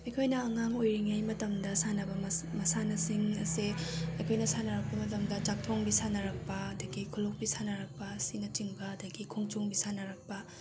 ꯑꯩꯈꯣꯏꯅ ꯑꯉꯥꯡ ꯑꯣꯏꯔꯤꯉꯩ ꯃꯇꯝꯗ ꯁꯥꯟꯅꯕ ꯃꯁꯥꯟꯅꯁꯤꯡ ꯑꯁꯦ ꯑꯩꯈꯣꯏꯅ ꯁꯥꯟꯅꯔꯛꯄ ꯃꯇꯝꯗ ꯆꯥꯛꯊꯣꯡꯕꯤ ꯁꯥꯟꯅꯔꯛꯄ ꯑꯗꯒꯤ ꯈꯨꯂꯣꯛꯄꯤ ꯁꯥꯟꯅꯔꯛꯄ ꯑꯁꯤꯅꯆꯤꯡꯕ ꯑꯗꯒꯤ ꯈꯣꯡꯖꯣꯡꯕꯤ ꯁꯥꯟꯅꯔꯛꯄ